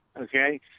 Okay